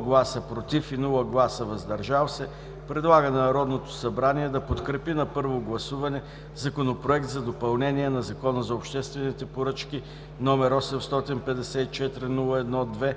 без „против“ и „въздържали се”, предлага на Народното събрание да подкрепи на първо гласуване Законопроект за допълнение на Закона за обществените поръчки, № 854-01-2,